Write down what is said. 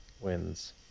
wins